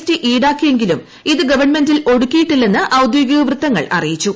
T ഈടാക്കിയെങ്കിലും ഇത് ഗവൺമെന്റിൽ ഒടുക്കിയിട്ടില്ലെന്ന് ഔദ്യോഗിക വൃത്തങ്ങൾ അറിയിച്ചു